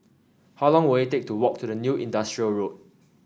how long will it take to walk to the New Industrial Road